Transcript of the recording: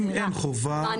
כלומר,